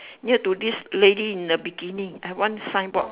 near to this lady in the bikini I have one signboard